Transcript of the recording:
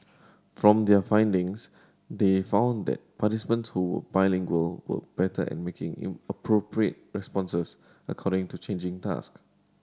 from their findings they found that participants who were bilingual were better at making in appropriate responses according to changing task